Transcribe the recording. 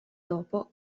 dopo